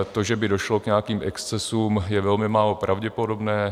To, že by došlo k nějakým excesům, je velmi málo pravděpodobné.